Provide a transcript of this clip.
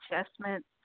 adjustments